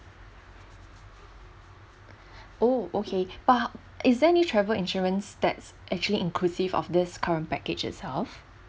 oh okay but is there any travel insurance that's actually inclusive of this current package itself